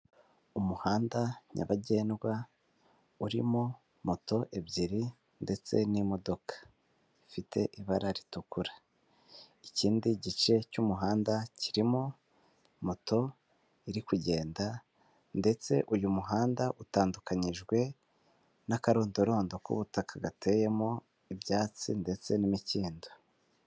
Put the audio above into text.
Umuhanda nyabagendwa urimo moto ebyiri ndetse n'imodoka ifite ibara ritukura, ikindi gice cy'umuhanda kirimo moto iri kugenda ndetse uyu muhanda utandukanyijwe n'akarondorondo k'ubutaka gateyemo ibyatsi ndetse n'imikindo.